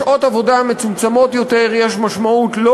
לשעות העבודה המצומצמות יותר יש משמעות לא